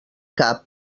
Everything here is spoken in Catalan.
cap